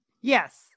Yes